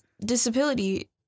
disability